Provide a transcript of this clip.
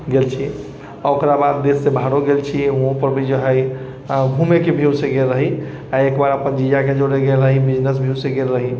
गेल छी आ ओकरा बाद देश से बाहरो गेल छी आ ओहो पर भी जे हइ घुमैके व्यू से गेल रहि आ एकबार अपन जीजाके सङ्गे गेल रहि बिजनेस व्यू से गेल रहि